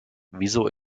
wieso